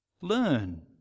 Learn